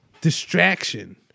distraction